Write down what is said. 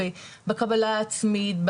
בקבלה העצמית,